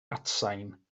atsain